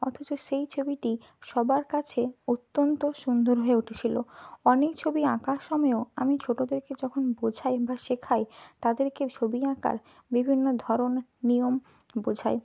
অথচ সেই ছবিটি সবার কাছে অত্যন্ত সুন্দর হয়ে উঠেছিলো অনেক ছবি আঁকার সময়ও আমি ছোটোদেরকে যখন বোঝাই বা শেখাই তাদেরকে ছবি আঁকার বিভিন্ন ধরনের নিয়ম বোঝাই